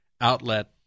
outlet